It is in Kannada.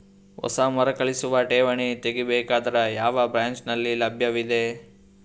ಹೊಸ ಮರುಕಳಿಸುವ ಠೇವಣಿ ತೇಗಿ ಬೇಕಾದರ ಯಾವ ಬ್ರಾಂಚ್ ನಲ್ಲಿ ಲಭ್ಯವಿದೆ?